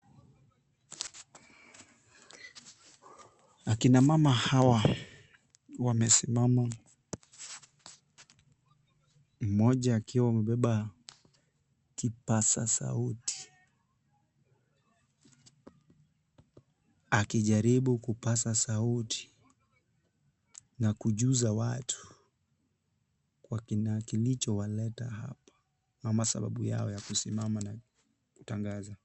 Akina mama hawa wamesimama mmoja akiwa amebeba kipaza sauti akijaribu kupaza sauti na kujuza watu kwa kilichowaleta hapa ama sababu yao ya kusimama na kutangaza.